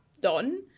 done